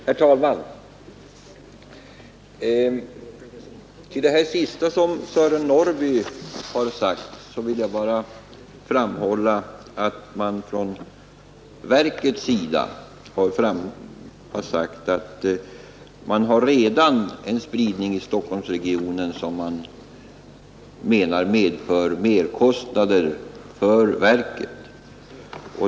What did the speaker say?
Herr talman! Till det sista som herr Sören Norrby här har sagt vill jag bara framhålla att verket har anfört att man redan har en sådan spridning i Stockholmsregionen att den medför merkostnader för verket.